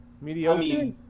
mediocre